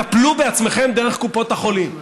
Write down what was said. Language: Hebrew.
טפלו בעצמכם דרך קופות החולים,